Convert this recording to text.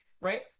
right